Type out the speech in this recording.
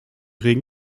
regen